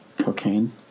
Cocaine